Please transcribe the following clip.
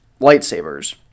lightsabers